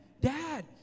Dad